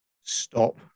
Stop